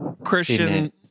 Christian